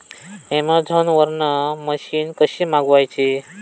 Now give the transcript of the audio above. Amazon वरन machine कशी मागवची?